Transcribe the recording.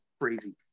Crazy